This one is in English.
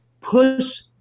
push